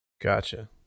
Gotcha